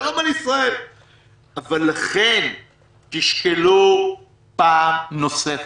לכן תשקלו פעם נוספת.